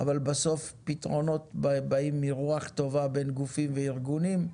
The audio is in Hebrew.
אבל בסוף פתרונות באים מרוח טובה בין גופים וארגונים,